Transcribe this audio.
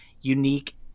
unique